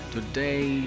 Today